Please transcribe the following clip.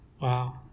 Wow